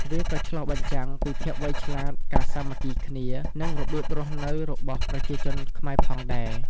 វាក៏ឆ្លុះបញ្ចាំងពីភាពវៃឆ្លាត ការសាមគ្គីគ្នា និងរបៀបរស់នៅរបស់ប្រជាជនខ្មែរផងដែរ។